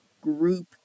group